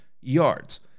yards